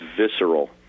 visceral